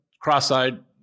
cross-eyed